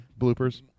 bloopers